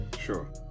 Sure